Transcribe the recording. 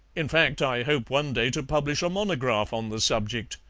in fact i hope one day to publish a monograph on the subject,